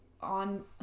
on